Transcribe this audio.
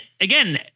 again